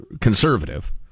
conservative